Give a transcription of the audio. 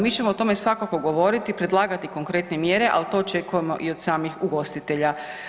Mi ćemo o tome svakako govoriti, predlagati konkretne mjere, ali to očekujemo i od samih ugostitelja.